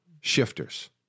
shifters